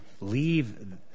Leave